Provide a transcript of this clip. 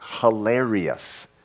hilarious